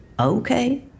Okay